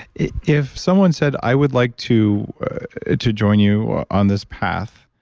if someone said, i would like to to join you on this path,